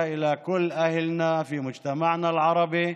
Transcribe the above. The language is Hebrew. להלן תרגומם: אני פונה לכל אנשינו בחברה הערבית,